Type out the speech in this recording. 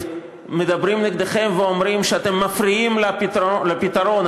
מדברים נגדכם ואומרים שאתם מפריעים לפתרון,